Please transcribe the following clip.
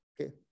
Okay